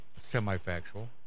semi-factual